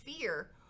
fear